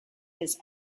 his